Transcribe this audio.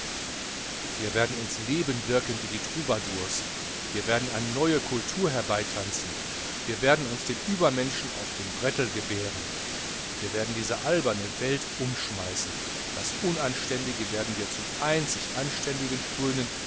wir werden ins leben wirken wie die troubadours wir werden eine neue cultur herbeitanzen wir werden den übermenschen aus dem brettl gebären wir werden diese alberne welt umschmeißen das unanständige werden wir zum einzig anständigen krönen